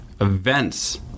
events